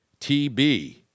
TB